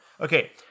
Okay